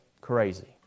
crazy